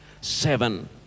Seven